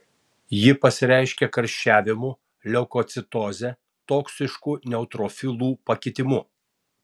ji pasireiškia karščiavimu leukocitoze toksišku neutrofilų pakitimu